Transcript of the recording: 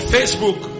Facebook